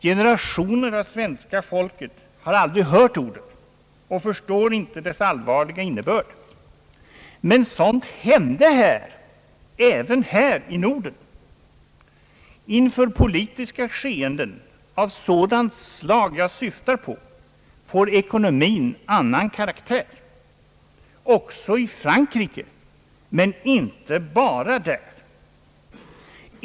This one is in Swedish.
Generationer av svenska folket har aldrig hört ordet och förstår inte dess allvarliga innebörd. Men »sådant» hände även här i Norden. Inför politiska skeenden av sådant slag jag syftar på får ekonomin annan karaktär. Också i Frankrike men inte bara där.